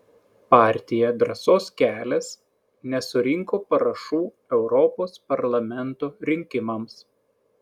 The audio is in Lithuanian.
partija drąsos kelias nesurinko parašų europos parlamento rinkimams